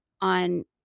on